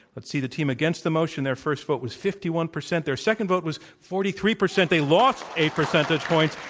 let's see, the team against the motion, their first vote was fifty one percent. their second vote was forty three percent. they lost eight percentage points.